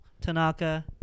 Tanaka